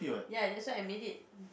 ya that's why I made it